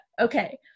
Okay